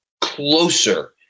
closer